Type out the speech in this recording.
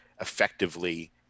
effectively